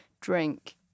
drink